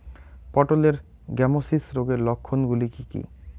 পটলের গ্যামোসিস রোগের লক্ষণগুলি কী কী?